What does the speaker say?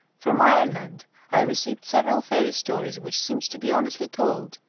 from ireland i received several fairy stories which seemed to be honestly told,